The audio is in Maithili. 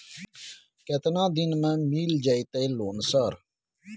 केतना दिन में मिल जयते लोन सर?